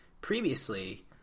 previously